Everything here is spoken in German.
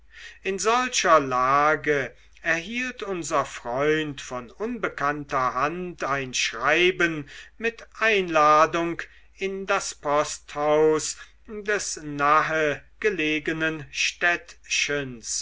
in solcher lage erhielt unser freund von unbekannter hand ein schreiben mit einladung in das posthaus des nahe gelegenen städtchens